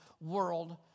world